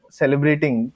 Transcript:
celebrating